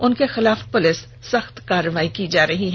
उनके खिलाफ पुलिस सख्त कार्रवाई कर रही है